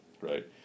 right